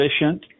efficient